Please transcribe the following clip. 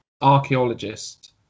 archaeologist